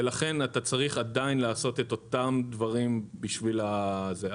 ולכן אתה צריך עדיין לעשות את אותם דברים בשביל זה.